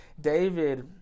David